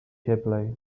cieplej